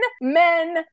men